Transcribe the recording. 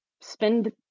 spend